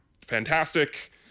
fantastic